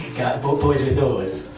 bu boys with doors.